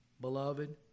Beloved